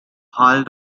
halt